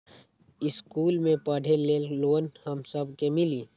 इश्कुल मे पढे ले लोन हम सब के मिली?